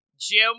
Jim